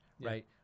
right